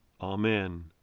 Amen